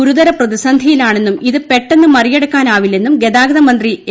ഗുരുതര പ്രതിസന്ധിയിലാണെന്നും ഇത് പെട്ടെന്ന് മറികടക്കാനാവില്ലെന്നും ഗതാഗത മന്ത്രി എ